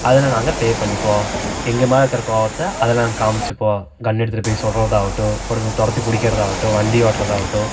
அதில் நாங்கள் ப்லே பண்ணிப்போம் எங்கள் மேலே இருக்கற கோவத்தை அதில் நாங்க காமிச்சிப்போம் கன்னு எடுத்துடு போய் சுடறதாகட்டும் ஒருத்தவனை துரத்தி பிடிக்கறதாவட்டும் வண்டி ஓட்றதாகட்டும்